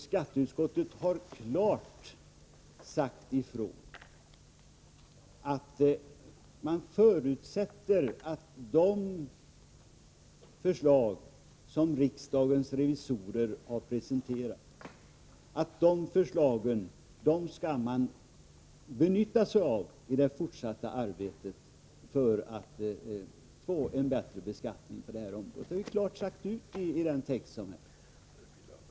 Skatteutskottet har klart sagt ifrån att det förutsätter att man skall benytta sig av de förslag som riksdagens revisorer har presenterat i det fortsatta arbetet för att få en bättre beskattning på detta område. Det utsägs klart i texten.